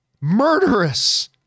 murderous